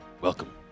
Welcome